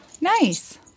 Nice